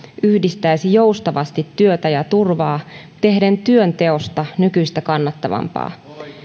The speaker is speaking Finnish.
yhdistäisi joustavasti työtä ja turvaa tehden työnteosta nykyistä kannattavampaa